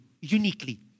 uniquely